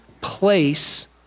place